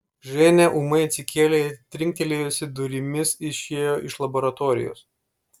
ženia ūmai atsikėlė ir trinktelėjusi durimis išėjo iš laboratorijos